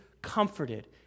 comforted